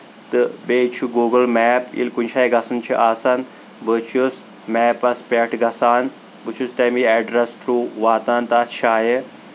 تہٕ بیٚیہِ چھُ گوٗگل میپ ییٚلہِ کُنہِ جایہِ گژھُن چُھ آسان بہٕ چھُس میپس پٮ۪ٹھ تہِ گژھان بہٕ چھُس تَمہِ ایٚڈرَس تھروٗ واتان تَتھ جایہِ